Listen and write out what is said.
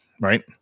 right